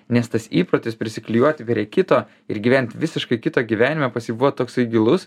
nes tas įprotis prisiklijuoti prie kito ir gyvent visiškai kito gyvenime pas jį buvo toksai gilus